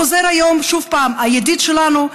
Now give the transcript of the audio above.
חוזר היום שוב הידיד שלנו,